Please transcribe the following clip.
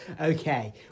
okay